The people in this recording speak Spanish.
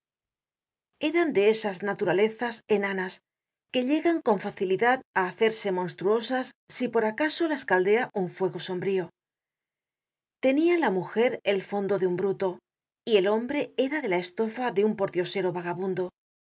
eran de esas naturalezas enanas que llegan con facilidad á hacerse monstruosas si por acaso las caldea un fuego sombrío tenia la mujer el fondo de un bruto y el hombre era de la estofa de un pordiosero vagabundo